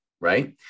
right